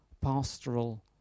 pastoral